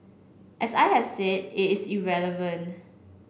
as I have said it is irrelevant